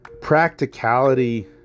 practicality